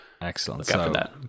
Excellent